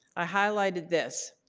i highlighted this.